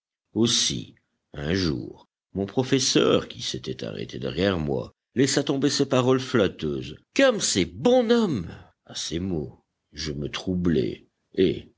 aussi un jour mon professeur qui s'était arrêté derrière moi laissa tomber ces paroles flatteuses comme c'est bonhomme à ces mots je me troublai et